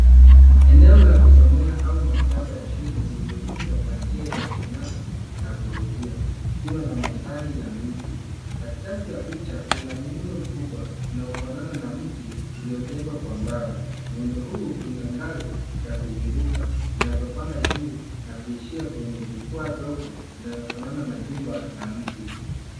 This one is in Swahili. Eneo la kusomea au maktaba ya shule iliyoundwa kwa njia ya ubinafsi na kuvutia ikiwa na mandahri ya mti. Katikati ya picha kuna muundo mkubwa unaofanana na mti uliojengwa kwa mbao muundo huu una ngazi la kuzunguka zinazopanda juu na kuishia kwenye jukwa dogo linalofanana na jumba la mti.